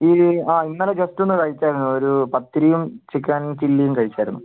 ഈ ആ ഇന്നലെ ജസ്റ്റ് ഒന്ന് കഴിച്ചായിരുന്നു ഒരു പത്തിരിയും ചിക്കൻ ചില്ലിയും കഴിച്ചായിരുന്നു